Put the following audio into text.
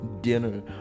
dinner